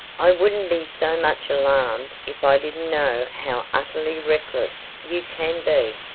i wouldn't be so much alarmed if i didn't know how utterly reckless you can be.